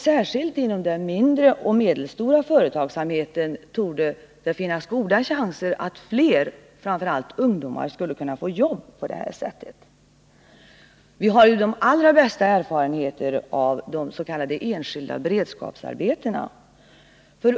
Särskilt inom den mindre och medelstora företagsamheten torde det finnas goda chanser att fler, framför allt ungdomar, skulle kunna få jobb på detta sätt. Vi har de allra bästa erfarenheter av de s.k. enskilda beredskapsarbetena.